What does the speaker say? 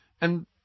and—